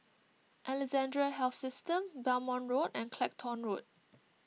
Alexandra Health System Belmont Road and Clacton Road